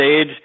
age